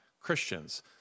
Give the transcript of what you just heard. Christians